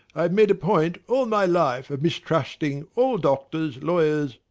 i have made a point all my life of mistrusting all doctors, lawyers,